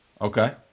Okay